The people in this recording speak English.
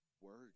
word